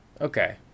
Okay